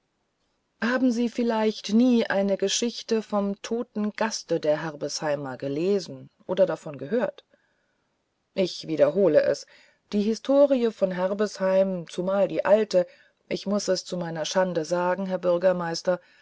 haben sie vielleicht nie ein geschichtchen vom toten gaste der herbesheimer gelesen oder davon gehört ich wiederderhole es die historie von herbesheim zumal die alte ich muß es zu meiner schande sagen herr bürgermeister